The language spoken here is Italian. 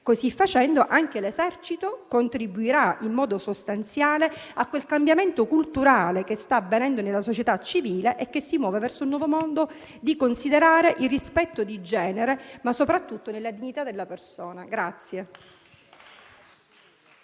Così facendo, anche l'Esercito contribuirà in modo sostanziale a quel cambiamento culturale che sta avvenendo nella società civile e che si muove verso un nuovo modo di considerare il rispetto di genere, ma soprattutto della dignità della persona.